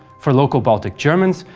for local baltic germans,